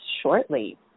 shortly